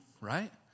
right